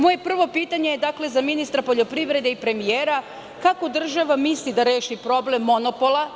Moje prvo pitanje je za ministra poljoprivrede i premijere – kako država misli da reši problem monopola?